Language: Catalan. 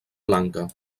blanca